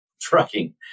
trucking